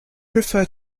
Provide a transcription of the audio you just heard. prefer